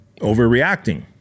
overreacting